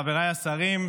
חבריי השרים,